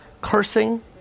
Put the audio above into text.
cursing